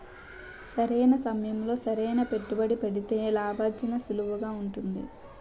సరైన సమయంలో సరైన పెట్టుబడి పెడితే లాభార్జన సులువుగా ఉంటుంది